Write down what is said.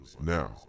Now